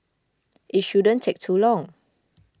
it shouldn't take too long